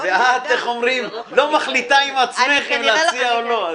ואת לא מחליטה עם עצמך אם להציע או לא.